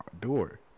door